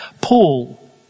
Paul